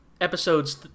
episodes